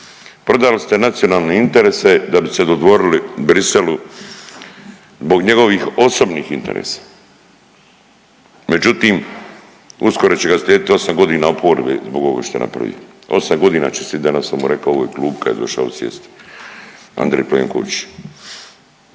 prodali ste nacionalne interese da bi se dodvorili Briselu zbog njegovih osobnih interesa, međutim uskoro će ga naslijedit 8.g. oporbe zbog ovoga što je napravio, 8.g. će sidit, danas sam mu rekao, u ovoj klupi kad je došao sjesti Andrej Plenković